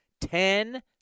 Ten